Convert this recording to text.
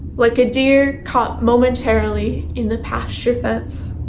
like a deer caught momentarily in the pasture fence.